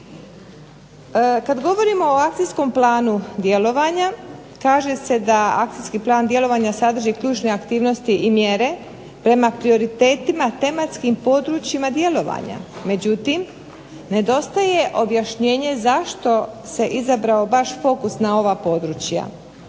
Kada govorimo o akcijskom planu djelovanja, kaže se a akcijski plan djelovanja sadrži ključne aktivnosti i mjere prema prioritetima tematskim područjima djelovanja. Međutim, nedostaje objašnjenje zašto se izabrao baš fokus na ova područja,